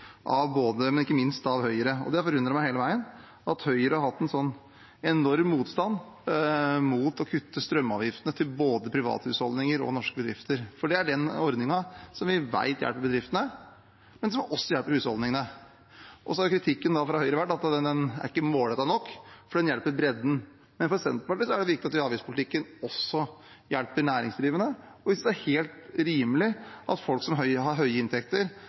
ikke minst av Høyre. Det har forundret meg hele veien at Høyre har hatt en så enorm motstand mot å kutte strømavgiftene for både private husholdninger og norske bedrifter, for det er den ordningen som vi vet hjelper bedriftene, men som også hjelper husholdningene. Kritikken fra Høyre har vært at det er ikke målrettet nok, for det hjelper bredden. Men for Senterpartiet er det viktig at avgiftspolitikken også hjelper de næringsdrivende, og vi synes det er helt rimelig at folk som har høye inntekter,